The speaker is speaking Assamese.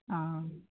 অঁ